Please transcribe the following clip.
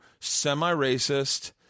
semi-racist